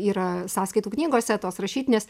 yra sąskaitų knygose tos rašytinės